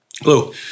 Hello